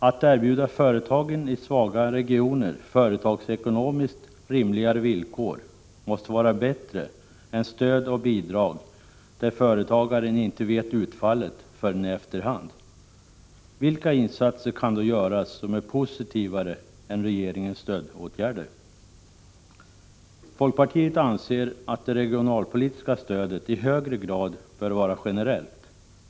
Att erbjuda företagen i svaga regioner företagsekonomiskt rimligare villkor måste vara bättre än att erbjuda stöd och bidrag där företagaren inte vet utfallet förrän i efterhand. Vilka insatser kan då göras som är positivare än regeringens stödåtgärder? Folkpartiet anser att det regionalpolitiska stödet i högre grad bör vara generellt.